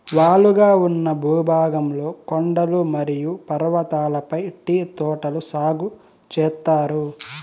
వాలుగా ఉన్న భూభాగంలో కొండలు మరియు పర్వతాలపై టీ తోటలు సాగు చేత్తారు